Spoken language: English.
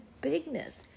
bigness